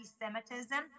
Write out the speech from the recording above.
anti-semitism